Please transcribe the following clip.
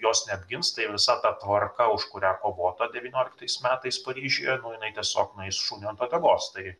jos neapgins tai visa ta tvarka už kurią kovota devynioliktais metais paryžiuje nu jinai tiesiog nueis šuniui ant uodegos tai